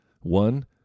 One